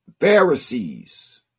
pharisees